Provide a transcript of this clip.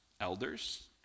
elders